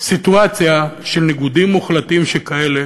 סיטואציה של ניגודים מוחלטים שכאלה,